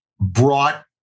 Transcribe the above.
brought